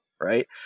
Right